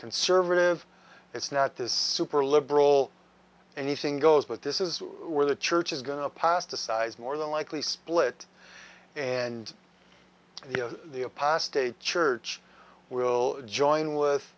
conservative it's not this super liberal anything goes but this is where the church is going to pass the size more than likely split and the a passed a church will join with